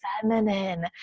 feminine